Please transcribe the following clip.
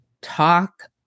talk